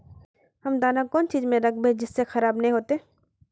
हम दाना कौन चीज में राखबे जिससे खराब नय होते?